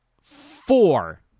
four